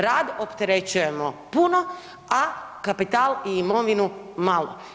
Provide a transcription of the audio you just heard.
Rad opterećujemo puno, a kapital i imovinu malo.